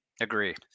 agree